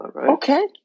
Okay